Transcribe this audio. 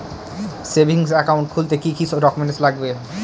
Savings account খুলতে গেলে কি কি ডকুমেন্টস লাগবে?